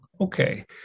Okay